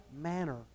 manner